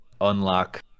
unlock